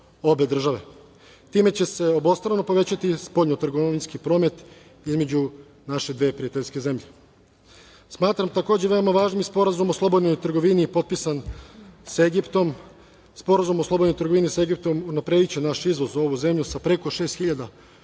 Time će se obostrano povećati spoljno-trgovinski promet između naše dve prijateljske zemlje. Smatram takođe veoma važnim i Sporazum o slobodnoj trgovini koji je potpisan sa Egiptom. Sporazum o slobodnoj trgovini sa Egiptom unaprediće naš izvoz za ovu zemlju sa preko 6.000 proizvoda,